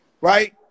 right